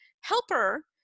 helper